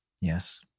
Yes